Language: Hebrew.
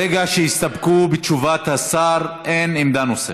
ברגע שהסתפקו בתשובת השר אין עמדה נוספת.